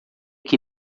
que